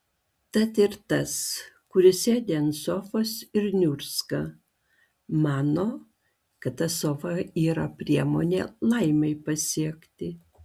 tad ir tas kuris sėdi ant sofos ir niurzga mano kad ta sofa yra priemonė laimei pasiekti